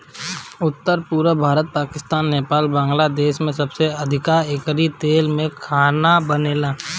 उत्तर, पुरब भारत, पाकिस्तान, नेपाल, बांग्लादेश में सबसे अधिका एकरी तेल में खाना बनेला